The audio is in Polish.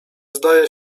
zdaje